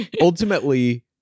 ultimately